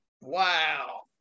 Wow